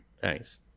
Thanks